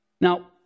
Now